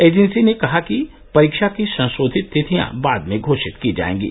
agency ने कहा कि परीक्षा की संशोधित तिथियां बाद में घोषित की जाएंगी